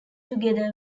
together